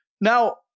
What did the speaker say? Now